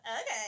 Okay